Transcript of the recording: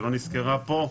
שלא נזכרה פה,